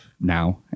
now